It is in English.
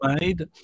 made